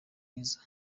mwiza